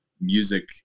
music